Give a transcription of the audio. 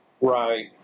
Right